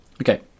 Okay